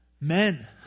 Men